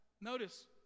Notice